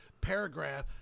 paragraph